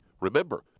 Remember